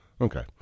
Okay